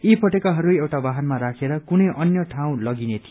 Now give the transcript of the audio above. यी पटेखाहरू एउटा वाहनमा राखेर कुनै अन्य ठाउँ लगिने थियो